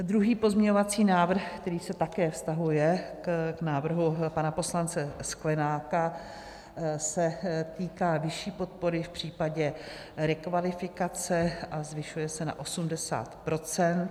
Druhý pozměňovací návrh, který se také vztahuje k návrhu pana poslance Sklenáka, se týká vyšší podpory v případě rekvalifikace a zvyšuje se na 80 %.